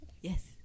Yes